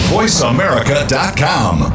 VoiceAmerica.com